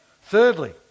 Thirdly